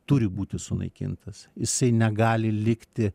turi būti sunaikintas jisai negali likti